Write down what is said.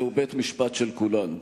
זהו בית-משפט של כולם.